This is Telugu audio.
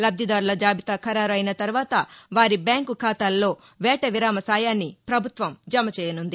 లబ్దిదారుల జాబితా ఖరారు అయిన తరువాత వారి బ్యాంకు ఖాతాల్లో వేట విరామ సాయాన్ని ప్రభుత్వం జమ చేయనుంది